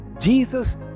Jesus